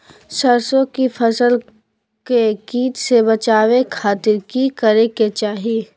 सरसों की फसल के कीट से बचावे खातिर की करे के चाही?